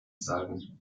sagen